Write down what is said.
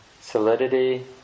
solidity